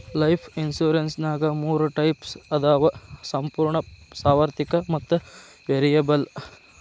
life ಇನ್ಸುರೆನ್ಸ್ನ್ಯಾಗ ಮೂರ types ಅದಾವ ಸಂಪೂರ್ಣ ಸಾರ್ವತ್ರಿಕ ಮತ್ತ ವೇರಿಯಬಲ್